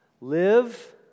Live